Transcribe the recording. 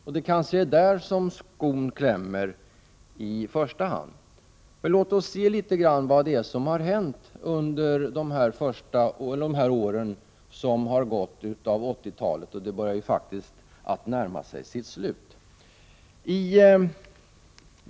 Det är kanske där som skon klämmer i första hand. Låt oss något studera vad det är som har hänt hittills under 80-talet, vars slut vi faktiskt börjar närma oss.